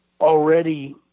already